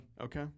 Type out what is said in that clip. Okay